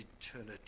eternity